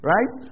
Right